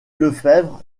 lefebvre